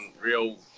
real